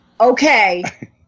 okay